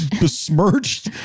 besmirched